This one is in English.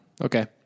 okay